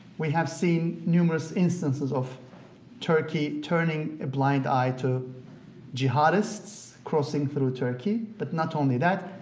we have seen numerous instances of turkey turning a blind eye to jihadists crossing through turkey, but not only that,